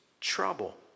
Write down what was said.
trouble